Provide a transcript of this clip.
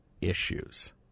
issues